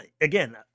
Again